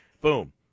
boom